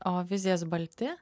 o vizijas balti